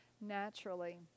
naturally